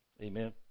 Amen